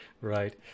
right